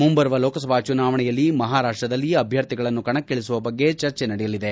ಮುಂಬರುವ ಲೋಕಸಭಾ ಚುನಾವಣೆಯಲ್ಲಿ ಮಹಾರಾಷ್ಟ್ರದಲ್ಲಿ ಅಭ್ಯರ್ಥಿಗಳ ಕಣಕ್ಕಿಳಿಸುವ ಬಗ್ಗೆ ಚರ್ಚೆ ನಡೆಯಲಿದೆ